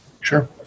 Sure